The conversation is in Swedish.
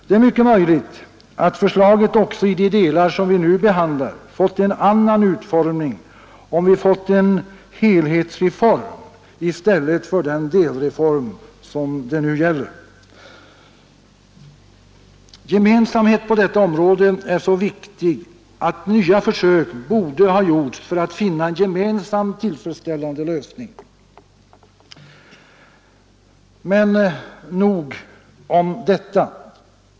Det är mycket möjligt att förslaget också i de delar vi nu behandlar skulle ha fått en annan utformning om vi fått en helhetsreform i stället för den delreform det nu gäller. Gemensamhet på detta område är något så viktigt att nya försök borde ha gjorts för att finna en gemensam, tillfredsställande lösning. Men nog om detta.